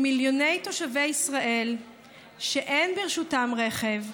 למיליוני תושבי ישראל שאין ברשותם רכב,